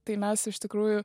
tai mes iš tikrųjų